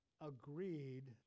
agreed